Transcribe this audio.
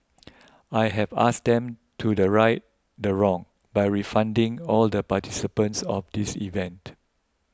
I have asked them to the right the wrong by refunding all the participants of this event